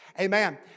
amen